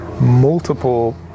multiple